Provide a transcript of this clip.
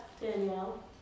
Danielle